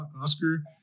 oscar